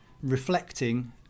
reflecting